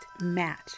match